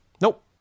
Nope